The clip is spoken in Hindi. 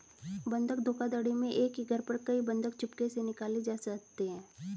बंधक धोखाधड़ी में एक ही घर पर कई बंधक चुपके से निकाले जाते हैं